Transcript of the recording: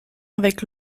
avec